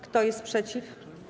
Kto jest przeciw?